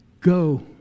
Go